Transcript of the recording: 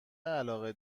علاقه